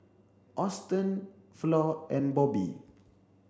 Auston Flor and Bobbi